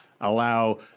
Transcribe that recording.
allow